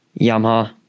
Yamaha